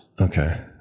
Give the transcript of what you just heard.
Okay